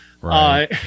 right